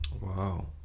wow